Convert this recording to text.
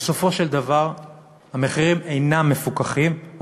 בסופו של דבר המחירים אינם מפוקחים,